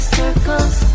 circles